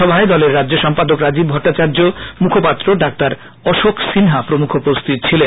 সভায় দলের রাজ্য সম্পাদক রাজীব ভট্টাচার্য মুখপাত্র ডা অশোক সিনহা প্রমুখ উপস্হিত ছিলেন